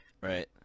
Right